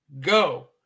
go